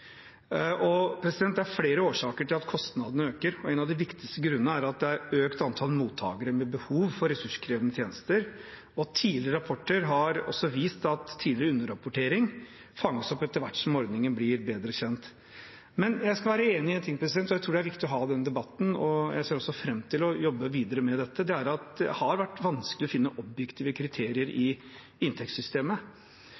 Det er flere årsaker til at kostnadene øker, og en av de viktigste grunnene er at det er et økt antall mottakere med behov for resurskrevende tjenester. Tidligere rapporter har også vist at tidligere underrapportering fanges opp etter hvert som ordningen blir bedre kjent. Jeg tror det er viktig å ha denne debatten, og jeg ser også fram til å jobbe videre med dette. Jeg skal være enig i én ting: at det har vært vanskelig å finne objektive kriterier i